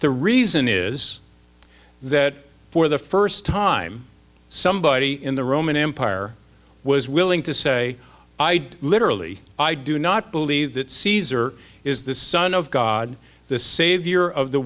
the reason is that for the first time somebody in the roman empire was willing to say i do literally i do not believe that caesar is the son of god the savior of the